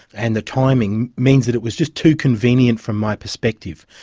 and the timing means that it was just too convenient from my perspective.